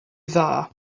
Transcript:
dda